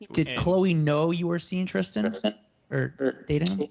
did chloe know you were seeing tristan or dating?